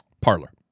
Parlor